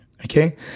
Okay